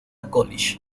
college